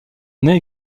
naît